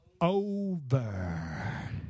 over